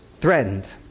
threatened